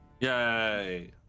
Yay